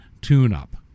tune-up